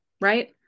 right